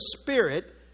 Spirit